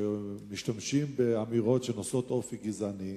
כשמשתמשים באמירות שנושאות אופי גזעני,